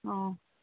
ꯑꯥ